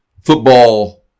football